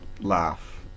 laugh